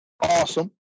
awesome